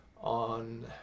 on